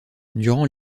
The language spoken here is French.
durant